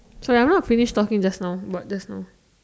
sorry I've not finished talking just now about just now